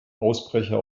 ausbrecher